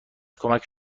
کمک